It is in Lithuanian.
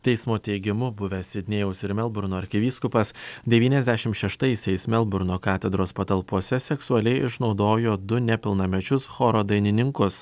teismo teigimu buvęs sidnėjaus ir melburno arkivyskupas devyniasdešimt šeštaisiais melburno katedros patalpose seksualiai išnaudojo du nepilnamečius choro dainininkus